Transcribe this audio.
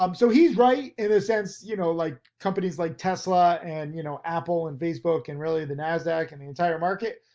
um so he's right in a sense, you know, like companies like tesla and, you know, apple and facebook and really the nasdaq and the entire market.